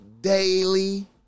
daily